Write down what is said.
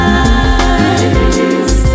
eyes